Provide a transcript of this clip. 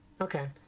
Okay